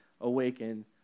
Awaken